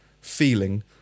feeling